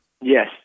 Yes